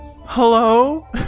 hello